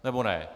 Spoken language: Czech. Nebo ne?